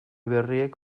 berriek